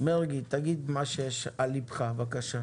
מרגי, תגיד מה שיש על ליבך, בבקשה.